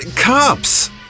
cops